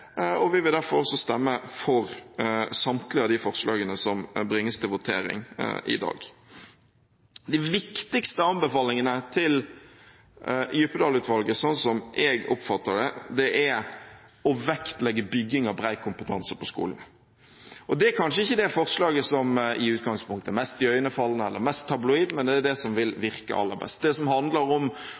Vi vil derfor også stemme for samtlige av de forslagene som bringes til votering i dag. Den viktigste anbefalingen til Djupedal-utvalget, sånn som jeg oppfatter det, er å vektlegge bygging av bred kompetanse på skolen. Det er kanskje ikke det forslaget som i utgangspunktet er mest iøynefallende eller mest tabloid, men det er det som vil virke aller mest, det som handler